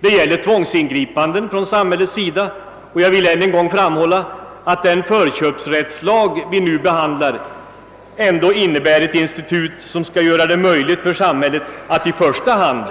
Det gäller tvångsingripanden från samhällets sida, och jag vill än en gång framhålla, att den förköpsrättslag vi nu behandlar ändå innebär ett institut som skall göra det möjligt för samhället att i första hand